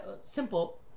simple